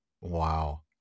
Wow